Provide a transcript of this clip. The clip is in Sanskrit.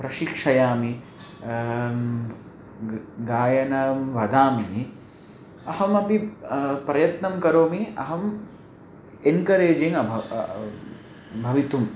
प्रशिक्षयामि गायनं वदामि अहमपि प्रयत्नं करोमि अहम् एन्करेजिङ्ग् अभयं भवितुम्